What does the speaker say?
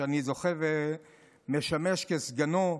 שאני זוכה ומשמש כסגנו,